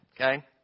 okay